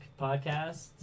Podcasts